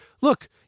look